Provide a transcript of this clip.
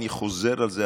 אני חוזר על זה,